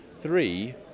three